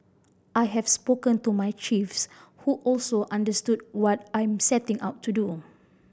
I have spoken to my chiefs who also understood what I'm setting out to do